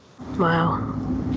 Wow